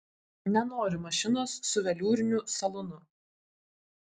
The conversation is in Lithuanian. nenoriu mašinos su veliūriniu salonu